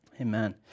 Amen